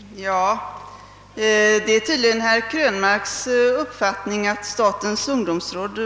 Herr talman! Det är tydligen herr Krönmarks uppfattning att statens ungdomsråd